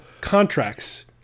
contracts